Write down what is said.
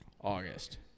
august